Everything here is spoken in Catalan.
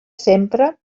sempre